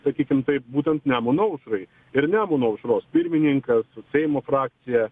sakykim taip būtent nemuno aušrai ir nemuno aušros pirmininkas seimo frakcija